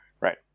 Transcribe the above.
Right